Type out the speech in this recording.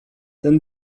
ten